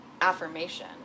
affirmation